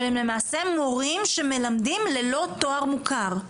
אבל הם למעשה מורים שמלמדים ללא תואר מוכר.